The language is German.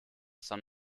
san